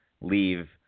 leave